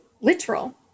literal